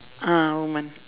ah a woman